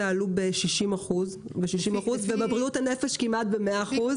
עלו ב-60% ובבריאות הנפש כמעט ב-100%.